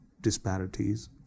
disparities